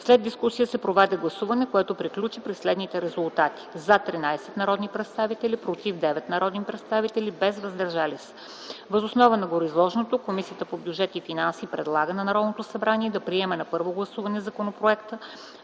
След дискусията се проведе гласуване което приключи при следните резултати: „за” – 13 народни представители, „против” – 9 народни представители, без „въздържали се”. Въз основа на гореизложеното Комисията по бюджет и финанси предлага на Народното събрание да приеме на първо гласуване законопроекта